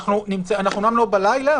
אומנם אנחנו לא בלילה,